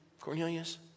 Cornelius